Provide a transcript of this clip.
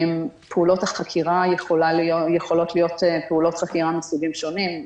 פעולות החקירה יכולות להיות מסוגים שונים: